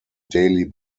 daily